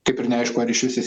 taip ir neaišku ar išvis jis